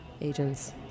agents